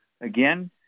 again